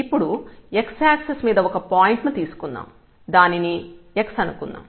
ఇప్పుడు x axis మీద ఒక పాయింట్ ను తీసుకుందాం దానిని x అనుకుందాం